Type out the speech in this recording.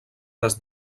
des